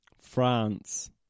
France